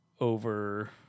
over